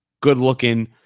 good-looking